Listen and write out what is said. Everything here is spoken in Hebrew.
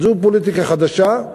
זו פוליטיקה חדשה?